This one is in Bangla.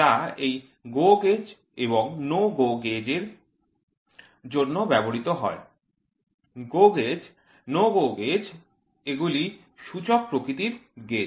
যা এই GO gauge এবং NO GO gauge এর জন্য ব্যবহৃত হয় GO gauge NO GO gauge এগুলি সূচক প্রকৃতির গেজ